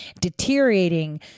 deteriorating